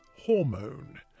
hormone